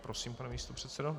Prosím, pane místopředsedo.